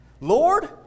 Lord